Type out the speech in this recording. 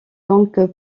donc